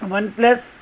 one plus